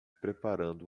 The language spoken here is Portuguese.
preparando